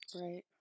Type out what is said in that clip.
right